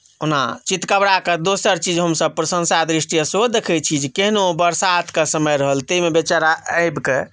ओना चितकबराके दोसर चीज हमसभ प्रशंसा दृष्टिए सेहो देखैत छी जे केहनो बरसातके समय रहल ताहिमे बेचारा आबिके